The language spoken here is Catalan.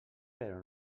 però